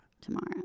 Tomorrow